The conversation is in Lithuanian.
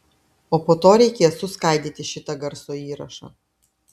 o po to reikės suskaidyti šitą garso įrašą